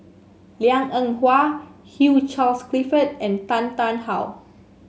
Liang Eng Hwa Hugh Charles Clifford and Tan Tarn How